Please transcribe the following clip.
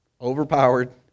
Overpowered